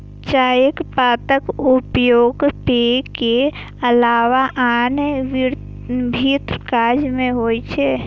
चायक पातक उपयोग पेय के अलावा आन विभिन्न काज मे होइ छै